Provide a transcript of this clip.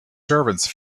servants